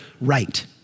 right